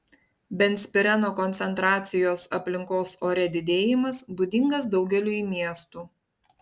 benzpireno koncentracijos aplinkos ore didėjimas būdingas daugeliui miestų